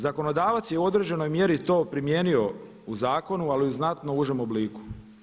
Zakonodavac je u određenoj mjeri to primijenio u zakonu, ali u znatno užem obliku.